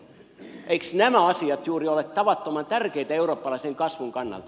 eivätkö nämä asiat juuri ole tavattoman tärkeitä eurooppalaisen kasvun kannalta